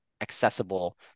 accessible